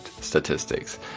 statistics